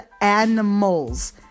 animals